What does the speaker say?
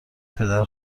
پدر